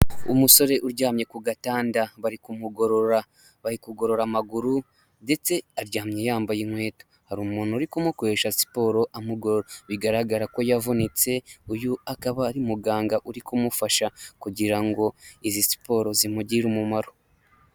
Umusore uryamye ku gatanda bari kumugorora, bari kugorora amaguru ndetse aryamye yambaye inkweto hari umuntu uri kumukoresha siporo amugorora bigaragara ko yavunitse, uyu akaba ari muganga uri kumufasha kugira ngo izi siporo zimugirerire umumaro.